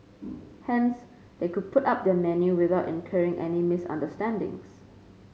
hence they could put up their menu without incurring any misunderstandings